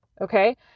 Okay